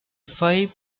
five